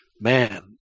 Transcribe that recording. Man